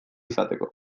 izateko